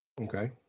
Okay